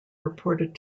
reported